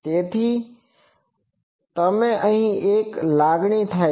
તેથી તમને એક સારી લાગણી થાય છે